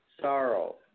Sorrow